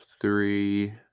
three